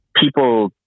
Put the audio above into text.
people